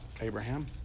Abraham